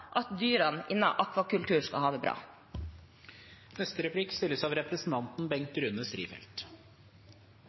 at dyrene innenfor akvakultur skal ha det bra.